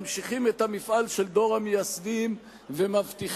ממשיכים את המפעל של דור המייסדים ומבטיחים